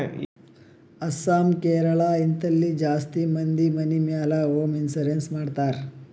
ಅಸ್ಸಾಂ, ಕೇರಳ, ಹಿಂತಲ್ಲಿ ಜಾಸ್ತಿ ಮಂದಿ ಮನಿ ಮ್ಯಾಲ ಹೋಂ ಇನ್ಸೂರೆನ್ಸ್ ಮಾಡ್ತಾರ್